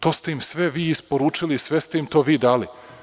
To ste im sve vi isporučili i sve ste im to vi dali.